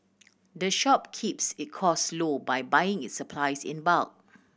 the shop keeps it costs low by buying its supplies in bulk